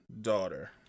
daughter